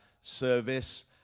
service